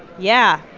yeah,